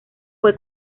fue